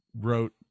wrote